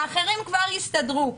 האחרים כבר יסתדרו.